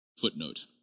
Footnote